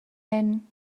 hyn